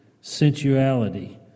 sensuality